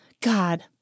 God